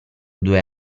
due